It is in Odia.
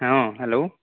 ହଁ ହ୍ୟାଲୋ